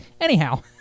Anyhow